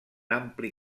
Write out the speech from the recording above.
ampli